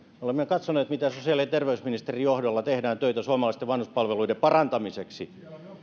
olemme katsoneet mitä sosiaali ja terveysministerin johdolla tehdään töitä suomalaisten vanhuspalveluiden parantamiseksi